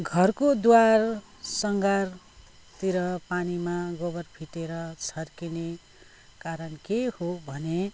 घरको द्वार सङ्घारतिर पानीमा गोबर फिटेर छर्किने कारण के हो भने